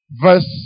verse